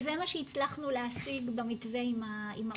זה מה שהצלחנו להשיג במתווה עם האוצר.